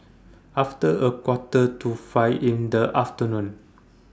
after A Quarter to five in The afternoon